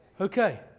okay